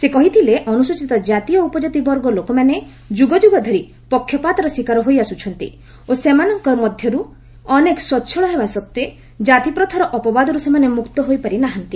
ସେ କହିଥିଲେ ଅନୁସ୍ଚିତ କାତି ଓ ଉପକାତି ବର୍ଗ ଲୋକମାନେ ଯୁଗ ଯୁଗ ଧରି ପକ୍ଷପାତର ଶିକାର ହୋଇଆସୁଛନ୍ତି ଓ ସେମାନଙ୍କ ମଧ୍ୟରୁ ଅନେକ ସ୍ୱଚ୍ଚଳ ହେବା ସତ୍ତ୍ୱେ ଜାତିପ୍ରଥାର ଅପବାଦରୁ ସେମାନେ ମୁକ୍ତ ହୋଇପାରି ନାହାନ୍ତି